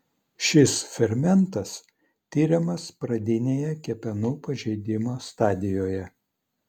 šis fermentas tiriamas pradinėje kepenų pažeidimo stadijoje